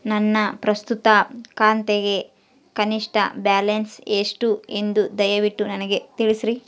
ನನ್ನ ಪ್ರಸ್ತುತ ಖಾತೆಗೆ ಕನಿಷ್ಠ ಬ್ಯಾಲೆನ್ಸ್ ಎಷ್ಟು ಎಂದು ದಯವಿಟ್ಟು ನನಗೆ ತಿಳಿಸ್ರಿ